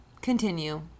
Continue